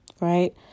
Right